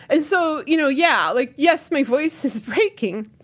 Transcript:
and so, you know, yeah, like yes, my voice is breaking.